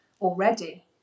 already